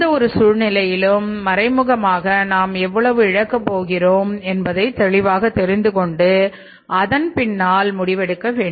இந்த இரு சூழ்நிலையிலும் மறைமுகமாக நாம் எவ்வளவு இழக்கப் போகிறோம் என்பதை தெளிவாக தெரிந்துகொண்டு அதன் பின்னால் முடிவெடுக்க வேண்டும்